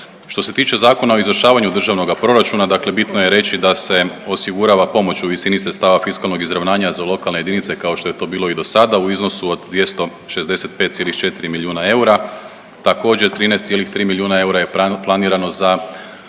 Što se tiče Zakona o izvršavanju državnoga proračuna dakle, bitno je reći da se osigurava pomoć u visini sredstava fiskalnog izravnanja za lokalne jedinice kao što je to bilo i do sada u iznosu od 265,4 milijuna eura, također 13,3 milijuna eura je planirano za